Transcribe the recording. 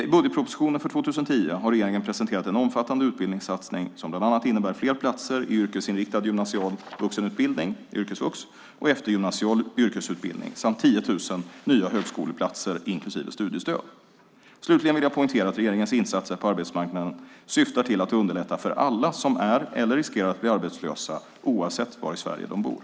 I budgetpropositionen för 2010 har regeringen presenterat en omfattande utbildningssatsning, som bland annat innebär fler platser i yrkesinriktad gymnasial vuxenutbildning, yrkesvux, och eftergymnasial yrkesutbildning samt 10 000 nya högskoleplatser inklusive studiestöd. Slutligen vill jag poängtera att regeringens insatser på arbetsmarknaden syftar till att underlätta för alla som är eller riskerar att bli arbetslösa, oavsett var i Sverige de bor.